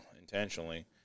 intentionally